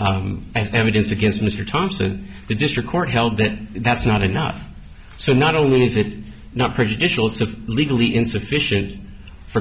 as evidence against mr thompson the district court held that that's not enough so not only is it not prejudicial it's a legally insufficient for